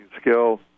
skill